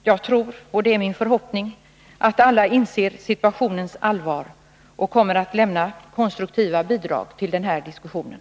Jag tror, och det är min förhoppning, att alla inser situationens allvar och kommer att lämna konstruktiva bidrag till den här diskussionen.